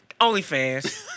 OnlyFans